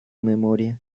memoria